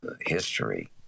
history